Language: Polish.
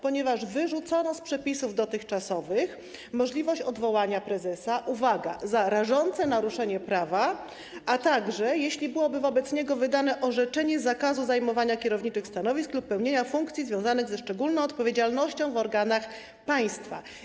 Ponieważ wyrzucono z dotychczasowych przepisów możliwość odwołania prezesa, uwaga, za rażące naruszenie prawa, a także jeśli byłoby wobec niego wydane orzeczenie zakazu zajmowania kierowniczych stanowisk lub pełnienia funkcji związanych ze szczególną odpowiedzialnością w organach państwa.